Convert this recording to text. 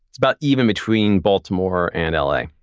it's about even between baltimore and l a.